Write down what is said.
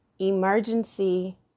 emergency